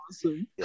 awesome